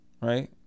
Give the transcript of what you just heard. right